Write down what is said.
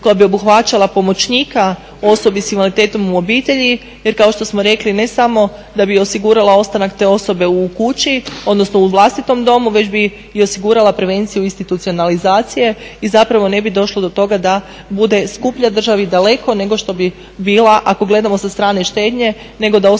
koja bi obuhvaća pomoćnika osobe s invaliditetom u obitelji jer kao što smo rekli, ne samo da bi osigurala ostanak te osobe u kući, odnosno u vlastitom domu, već bi i osigurala prevenciju u institucionalizaciji i zapravo ne bi došlo do toga da bude skuplja državi daleko nego što bi bila ako gledamo sa strane štednje, nego da ostane